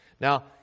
Now